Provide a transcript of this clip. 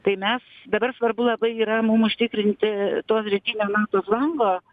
tai mes dabar svarbu labai yra mum užtikrinti to rytinio nato flango